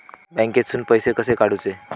बँकेतून पैसे कसे काढूचे?